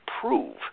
prove